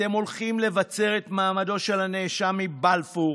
אתם הולכים לבצר את מעמדו של הנאשם מבלפור.